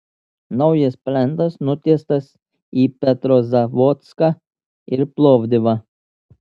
naujas plentas nutiestas į petrozavodską ir plovdivą